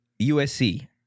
USC